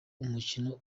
umukino